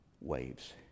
waves